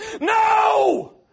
No